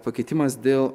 pakeitimas dėl